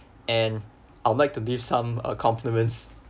and I'd like to leave some uh compliments